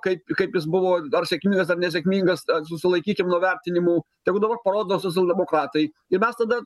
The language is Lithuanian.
kaip kaip jis buvo ar sėkmingas ar nesėkmingas susilaikykim nuo vertinimų tegu dabar parodo socialdemokratai ir mes tada